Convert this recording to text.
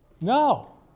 No